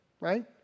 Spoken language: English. right